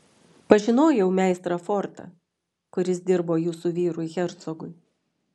pažinojau meistrą fortą kuris dirbo jūsų vyrui hercogui